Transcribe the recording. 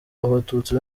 abatutsi